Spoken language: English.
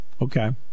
Okay